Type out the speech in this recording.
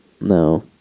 No